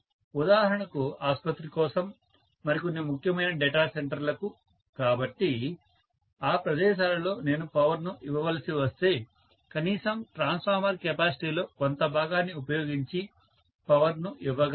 ఉదాహరణకు ఆసుపత్రి కోసం మరికొన్ని ముఖ్యమైన డేటా సెంటర్ లకు కాబట్టి ఆ ప్రదేశాలలో నేను పవర్ ను ఇవ్వవలసి వస్తే కనీసం ట్రాన్స్ఫార్మర్ కెపాసిటీలో కొంత భాగాన్ని ఉపయోగించి పవర్ ను ఇవ్వగలను